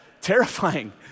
terrifying